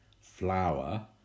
flour